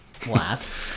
Blast